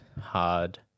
hard